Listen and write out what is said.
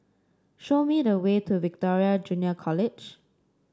show me the way to Victoria Junior College